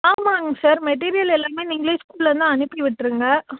ஆமாம்ங்க sir material எல்லாமே நீங்களே ஸ்கூல்லருந்து அனுப்பி விட்டுருங்க